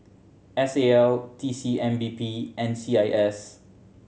S A L T C M P B and C I S